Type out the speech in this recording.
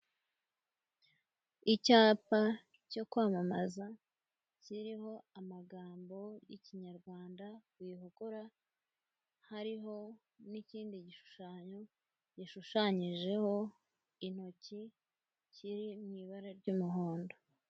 Icyapa cyo kwamamaza kiriho amagambo y'ikinyarwanda ''Wihogora'', hariho n'ikindi gishushanyo gishushanyijeho intoki kiri mu ibara ry'umuhondo.